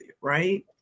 right